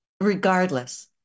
regardless